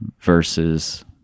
versus